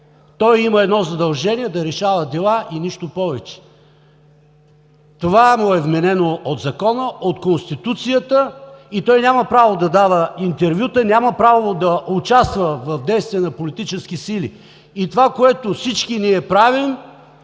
Той има едно задължение – да решава дела и нищо повече. Това му е вменено от Закона, от Конституцията и той няма право да дава интервюта, няма право да участва в действия на политически сили. И това, което всички ние правим,